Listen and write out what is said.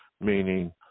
Meaning